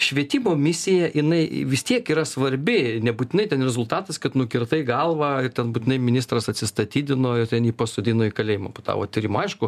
švietimo misija jinai vis tiek yra svarbi nebūtinai ten rezultatas kad nukirtai galvą ir ten būtinai ministras atsistatydino ir ten jį pasodino į kalėjimą po tavo tyrimo aišku